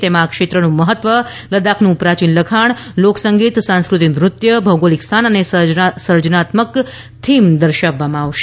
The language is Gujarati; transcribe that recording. તેમાં આ ક્ષેત્રનું મહત્વ લદ્દાખનું પ્રાચીન લખાણ લોક સંગીત સાંસ્કૃતિક નૃત્ય ભૌગોલિક સ્થાન અને સર્જનાત્મક થીમ દર્શાવવામાં આવશે